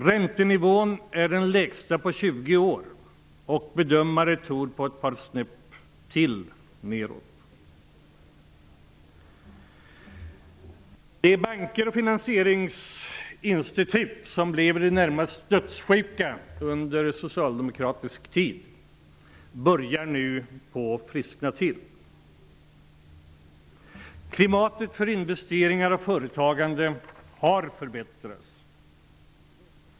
Räntenivån är den lägsta på 20 år, och bedömare tror att den kommer att gå ner ett par snäpp till. De banker och finansieringsinstitut som blev i det närmaste dödssjuka under den socialdemokratiska tiden börjar nu att friskna till. Klimatet för investeringar och företagande har förbättrats.